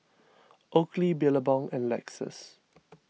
Oakley Billabong and Lexus